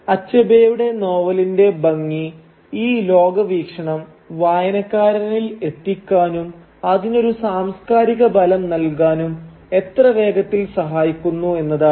അച്ഛബേയുടെ നോവലിന്റെ ഭംഗി ഈ ലോകവീക്ഷണം വായനക്കാരനിൽ എത്തിക്കാനും അതിനൊരു സാംസ്കാരിക ബലം നൽകാനും എത്ര വേഗത്തിൽ സഹായിക്കുന്നു എന്നതാണ്